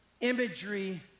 imagery